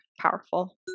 powerful